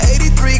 83